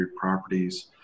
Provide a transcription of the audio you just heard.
properties